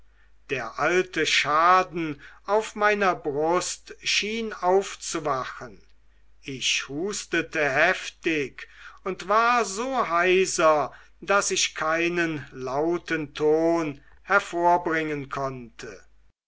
der alte schaden auf meiner brust schien aufzuwachen ich hustete heftig und war so heiser daß ich keinen lauten ton hervorbringen konnte